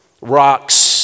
rocks